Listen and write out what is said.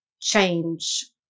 change